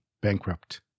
bankrupt